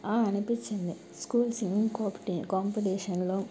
అనిపించింది school singing కాంపిటీ కాంపిటీషన్లో